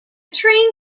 train